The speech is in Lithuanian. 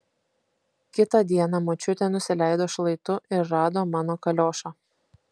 kitą dieną močiutė nusileido šlaitu ir rado mano kaliošą